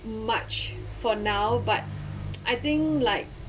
much for now but I think like